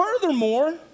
furthermore